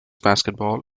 basketball